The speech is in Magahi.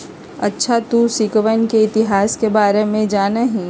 अच्छा तू सिक्कवन के इतिहास के बारे में जाना हीं?